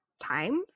times